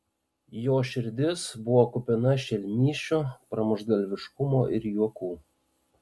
jo širdis buvo kupina šelmysčių pramuštgalviškumo ir juokų